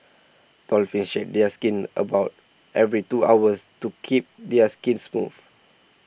dolphins shed their skin about every two hours to keep their skin smooth